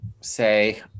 say